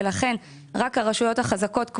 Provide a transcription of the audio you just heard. ולכן רק הרשויות החזקות,